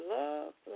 love